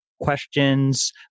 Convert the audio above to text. questions